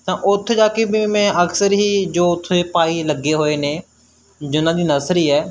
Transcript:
ਤਾਂ ਉੱਥੇ ਜਾ ਕੇ ਵੀ ਮੈਂ ਅਕਸਰ ਹੀ ਜੋ ਉੱਥੇ ਭਾਈ ਲੱਗੇ ਹੋਏ ਨੇ ਜਿਹਨਾਂ ਦੀ ਨਰਸਰੀ ਹੈ